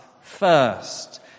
first